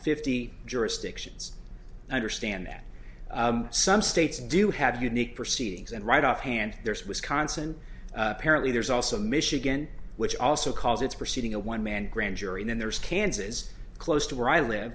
fifty jurisdictions i understand that some states do have unique proceedings and right off hand there's wisconsin apparently there's also michigan which also calls its proceeding a one man grand jury and there's kansas close to where i live